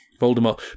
Voldemort